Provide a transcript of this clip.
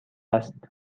است